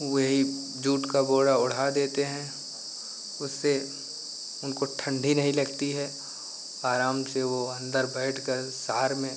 ओही जूट का बोरा ओढ़ा देते हैं उससे उनको ठंडी नहीं लगती है आराम से वो अंदर बैठकर सार में